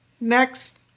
next